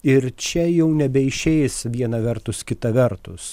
ir čia jau nebeišeis viena vertus kita vertus